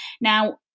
Now